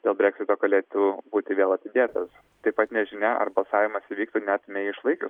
dėl breksito galėtų būti vėl atidėtas taip pat nežinia ar balsavimas įvyktų net mei išlaikius